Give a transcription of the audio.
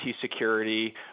security